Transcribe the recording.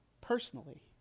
personally